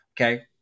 Okay